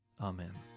Amen